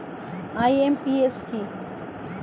IMPS কি?